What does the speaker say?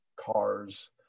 cars